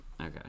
Okay